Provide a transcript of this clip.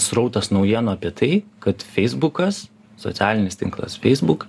srautas naujienų apie tai kad feisbukas socialinis tinklas facebook